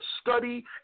study